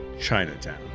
Chinatown